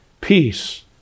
peace